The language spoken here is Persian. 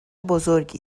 بزرگی